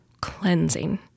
cleansing